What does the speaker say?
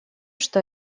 что